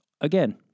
Again